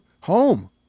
home